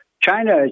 China